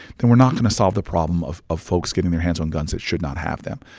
then we're not going to solve the problem of of folks getting their hands on guns that should not have them.